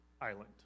island